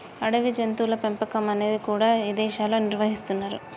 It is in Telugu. అడవి జంతువుల పెంపకం అనేది కూడా ఇదేశాల్లో నిర్వహిస్తున్నరు